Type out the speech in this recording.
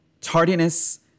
tardiness